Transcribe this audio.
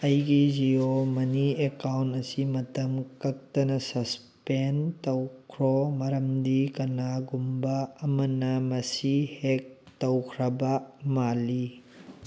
ꯑꯩꯒꯤ ꯖꯤꯌꯣ ꯃꯅꯤ ꯑꯦꯀꯥꯎꯟ ꯑꯁꯤ ꯃꯇꯝ ꯀꯛꯇꯅ ꯁꯁꯄꯦꯟ ꯇꯧꯈ꯭ꯔꯣ ꯃꯔꯝꯗꯤ ꯀꯅꯥꯒꯨꯝꯕ ꯑꯃꯅ ꯃꯁꯤ ꯍꯦꯛ ꯇꯧꯈ꯭ꯔꯕ ꯃꯥꯜꯂꯤ